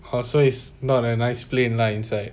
how so it's not that nice plane lah inside